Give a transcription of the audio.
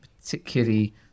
particularly